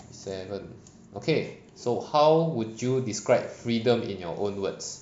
seven okay so how would you describe freedom in your own words